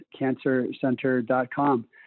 cancercenter.com